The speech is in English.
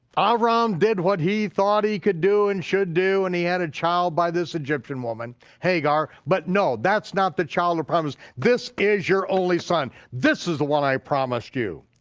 ah abram did what he thought he could do and should do and he had a child by this egyptian woman, hagar. but no, that's not the child this is your only son, this is the one i promised you.